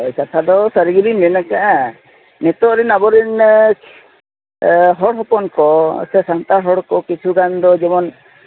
ᱠᱟᱛᱷᱟ ᱫᱚ ᱥᱟᱹᱨᱤ ᱜᱮᱵᱤᱱ ᱢᱮᱱ ᱠᱟᱜᱼᱟ ᱱᱤᱛᱚᱜ ᱨᱤᱱ ᱟᱵᱚ ᱨᱤᱱ ᱦᱚᱲ ᱦᱚᱯᱚᱱ ᱠᱚ ᱥᱮ ᱥᱟᱱᱛᱟᱲ ᱦᱚᱲ ᱠᱚ ᱠᱤᱪᱷᱩᱜᱟᱱ ᱫᱚ ᱡᱮᱢᱚᱱ